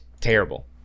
terrible